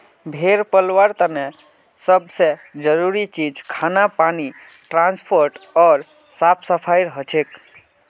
भेड़ पलवार तने सब से जरूरी चीज खाना पानी ट्रांसपोर्ट ओर साफ सफाई हछेक